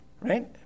right